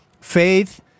faith